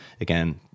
again